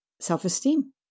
self-esteem